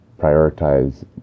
prioritize